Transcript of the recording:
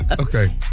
Okay